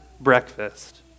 breakfast